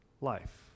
life